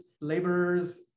laborers